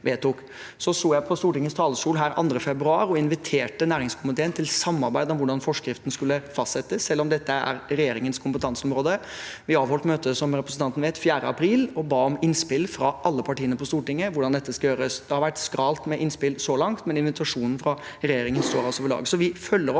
Så sto jeg på Stortingets talerstol her 2. februar og inviterte næringskomiteen til samarbeid om hvordan forskriften skulle fastsettes, selv om dette er regjeringens kompetanseområde. Vi avholdt møte 4. april, som representanten vet, og ba om innspill fra alle partiene på Stortinget til hvordan dette skal gjøres. Det har vært skralt med innspill så langt, men invitasjonen fra regjeringen står ved lag.